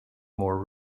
more